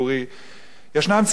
יש ציבורים נוספים,